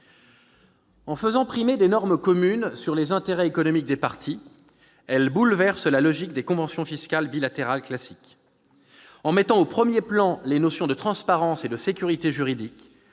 En faisant primer des normes communes sur les intérêts économiques des parties, cette convention bouleverse la logique des conventions fiscales bilatérales classiques. En mettant au premier plan les notions de transparence et de sécurité juridique,